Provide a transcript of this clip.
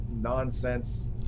nonsense